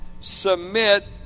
submit